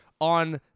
on